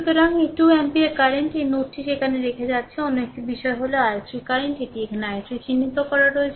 সুতরাং এই 2 ampere current এই নোডটি সেখানে রেখে যাচ্ছে অন্য একটি বিষয় হল i3 কারেন্ট এটি এখানে i3 চিহ্নিত রয়েছে